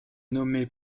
nommé